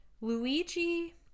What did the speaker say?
Luigi